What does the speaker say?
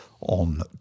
on